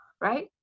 Right